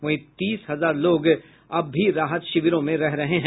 वहीं तीस हजार लोग राहत शिविरों में रह रहे हैं